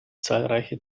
zahlreiche